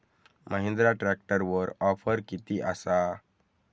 महिंद्रा ट्रॅकटरवर ऑफर किती आसा?